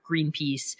Greenpeace